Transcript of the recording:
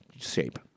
shape